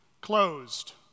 closed